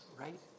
right